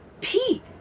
Pete